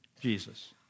Jesus